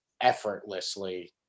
effortlessly